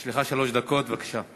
יש לך שלוש דקות, בבקשה.